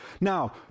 now